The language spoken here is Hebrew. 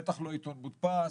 בטח לא עיתון מודפס,